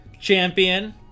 champion